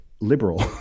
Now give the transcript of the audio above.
liberal